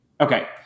Okay